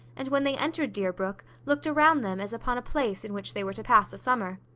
and when they entered deerbrook, looked around them as upon a place in which they were to pass a summer.